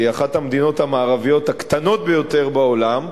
אחת המדינות המערביות הקטנות ביותר בעולם,